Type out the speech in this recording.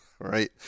Right